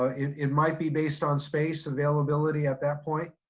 ah it it might be based on space availability at that point.